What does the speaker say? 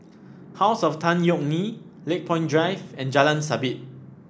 House of Tan Yeok Nee Lakepoint Drive and Jalan Sabit